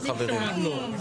לעבוד.